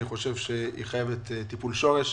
אני חושבת שהיא חייבת טיפול שורש.